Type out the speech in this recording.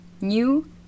New